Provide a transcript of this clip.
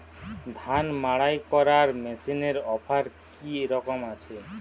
ধান মাড়াই করার মেশিনের অফার কী রকম আছে?